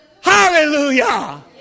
Hallelujah